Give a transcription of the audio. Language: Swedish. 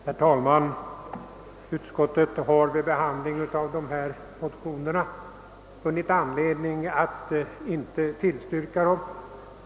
Herr talman! Utskottet har vid behandlingen av här aktuella motioner inte funnit anledning tillstyrka dem.